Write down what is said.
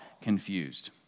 confused